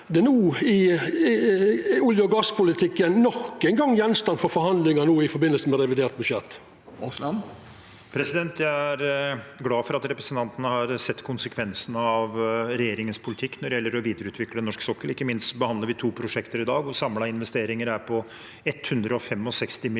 mitt er: Er olje- og gasspolitikken nok ein gong gjenstand for forhandlingar no i forbindelse med revidert budsjett? Statsråd Terje Aasland Jeg er glad for at representanten har sett konsekvensene av regjeringens politikk når det gjelder å videreutvikle norsk sokkel. Ikke minst behandler vi to prosjekter i dag, og samlede investeringer er på 165 mrd. kr.